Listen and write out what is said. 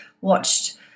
watched